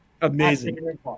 Amazing